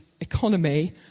Economy